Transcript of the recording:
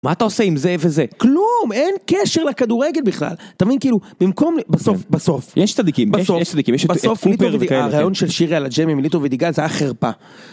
מה אתה עושה עם זה וזה...? כ-ל-ו-ם! אין קשר לכדורגל בכלל! תמיד כאילו... במקום ל... - בסוף, בסוף... - יש צדיקים, יש, יש צדיקים. - בסוף... - הראיון של שירי על השיימינג עם מליטו ודיגנץ, היה - חרפה.